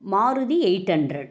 Maruti eight hundred